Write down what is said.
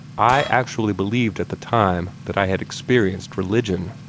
i actually believed at the time that i had experienced religion.